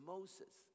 Moses